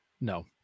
no